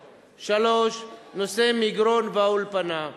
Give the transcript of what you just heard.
3. נושא מגרון והאולפנה,